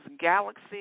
Galaxy